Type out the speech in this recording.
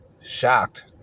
Shocked